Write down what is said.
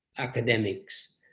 academics,